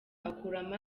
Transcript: akuramo